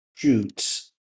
Shoot